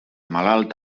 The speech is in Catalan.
malalt